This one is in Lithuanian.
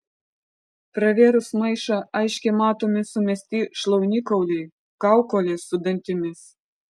pravėrus maišą aiškiai matomi sumesti šlaunikauliai kaukolės su dantimis